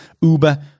Uber